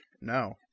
No